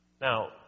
Now